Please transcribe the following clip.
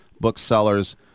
Booksellers